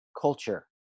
culture